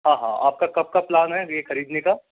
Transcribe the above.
हाँ हाँ आपका कब का प्लान है ये खरीदने का